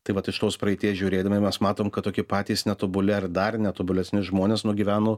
tai vat iš tos praeities žiūrėdami mes matom kad toki patys netobuli ar dar netobulesni žmonės nugyveno